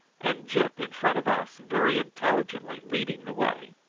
and gyp in front of us very intelligently leading the way.